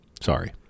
Sorry